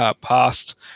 past